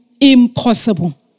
impossible